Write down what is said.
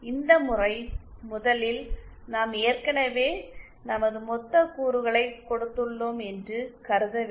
இந்த முறை முதலில் நாம் ஏற்கனவே நமது மொத்த கூறுகளை கொடுத்துள்ளோம் என்று கருத வேண்டும்